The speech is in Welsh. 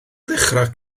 ddechrau